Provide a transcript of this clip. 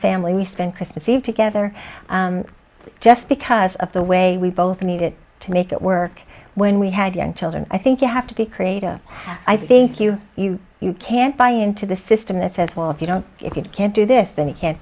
family we spent christmas eve together just because of the way we both needed to make it work when we had young children i think you have to be creative i think you you you can't buy into the system that says well if you don't if you can't do this then you can't